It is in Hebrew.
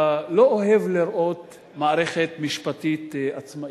לא אוהב לראות מערכת משפטית עצמאית.